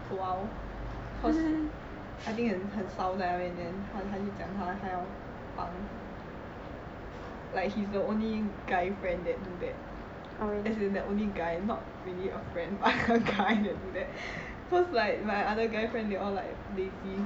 awhile cause I think 很很烧在那边 then 他他就讲他他要帮 like he is the only guy friend that do that as in the only guy not really a friend but a guy that do that cause like my other guy friend they all like lazy